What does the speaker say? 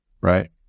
right